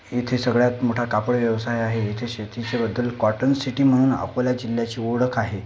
इथे सगळ्यात मोठा कापड व्यवसाय आहे इथे शेतीच्याबद्दल कॉटन सिटी म्हणून अकोला जिल्ह्याची ओळख आहे